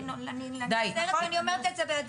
אני אומרת את זה בעדינות.